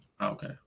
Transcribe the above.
Okay